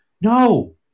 no